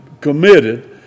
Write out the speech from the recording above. committed